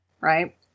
right